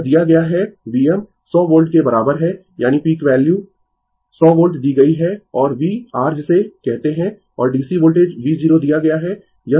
यह दिया गया है Vm 100 वोल्ट के बराबर है यानी पीक वैल्यू 100 वोल्ट दी गयी है और V r जिसे कहते है और DC वोल्टेज V0 दिया गया है